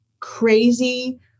crazy